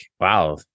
Wow